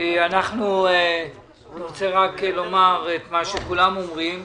אני רוצה לומר את מה שכולם אומרים.